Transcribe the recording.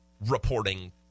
reporting